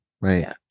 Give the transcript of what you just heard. right